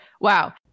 wow